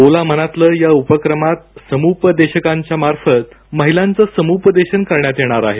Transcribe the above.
बोला मनातलं या उपक्रमात समुपदेशकांच्या मार्फत महिलांचं समुपदेशन करण्यात येणार आहे